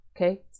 Okay